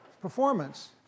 performance